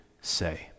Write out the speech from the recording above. say